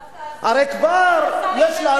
דווקא השר התנגד לזה.